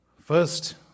First